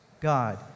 God